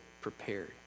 prepared